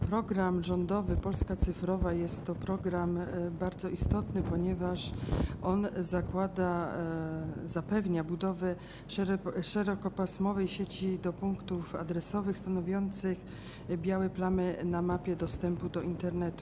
Program rządowy „Polska cyfrowa” jest to program bardzo istotny, ponieważ zapewnia budowę szerokopasmowej sieci do punktów adresowych stanowiących białe plamy na mapie dostępu do Internetu.